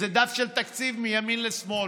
איזה דף של תקציב מימין לשמאל.